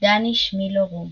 דני שמילו רום.